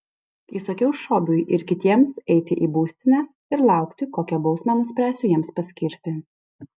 įsakiau šobiui ir kitiems eiti į būstinę ir laukti kokią bausmę nuspręsiu jiems paskirti